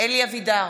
אלי אבידר,